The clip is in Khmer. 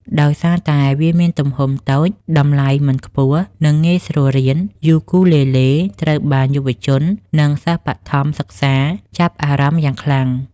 ដោយសារតែវាមានទំហំតូច តម្លៃមិនខ្ពស់ និងងាយស្រួលរៀន យូគូលេលេត្រូវបានយុវជន និងសិស្សបឋមសិក្សាចាប់អារម្មណ៍យ៉ាងខ្លាំង។